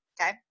okay